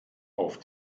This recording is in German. auf